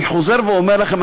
אני חוזר ואומר לכם,